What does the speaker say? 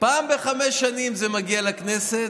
פעם בחמש שנים זה מגיע לכנסת